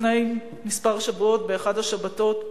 לפני כמה שבועות, באחת השבתות,